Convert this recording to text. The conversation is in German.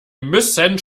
müssen